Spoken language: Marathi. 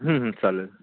चालेल